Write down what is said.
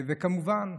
וכמובן,